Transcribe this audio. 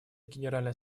генеральной